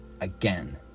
again